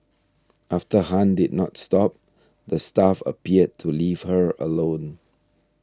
after Han did not stop the staff appeared to leave her alone